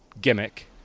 gimmick